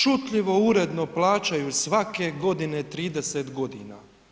Šutljivo, uredno plaćaju svake godine, 30 godina.